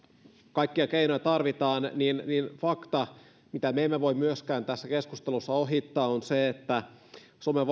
kaikkia keinoja tarvitaan niin fakta mitä me emme voi myöskään tässä keskustelussa ohittaa on se että suomen